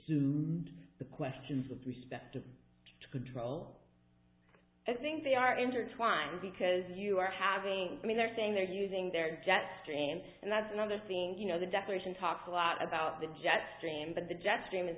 to the questions of respect to control i think they are intertwined because you are having i mean they're saying they're using their jet stream and that's another thing you know the declaration talks a lot about the jet stream but the jet